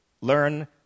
learn